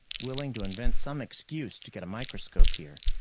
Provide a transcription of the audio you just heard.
willing to invent some excuse to get a microscope here.